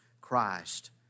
Christ